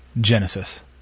Genesis